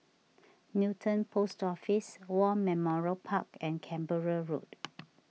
Newton Post Office War Memorial Park and Canberra Road